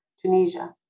Tunisia